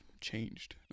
changed